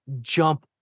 jump